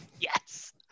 Yes